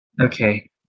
Okay